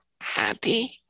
happy